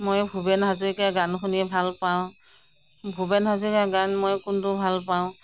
মই ভূপেন হাজৰিকাৰ গান শুনি ভালপাওঁ ভূপেন হাজৰিকাৰ গান মই কোনটো ভালপাওঁ